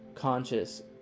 Conscious